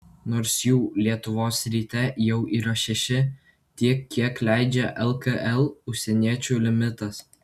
nors jų lietuvos ryte jau yra šeši tiek kiek leidžia lkl užsieniečių limitas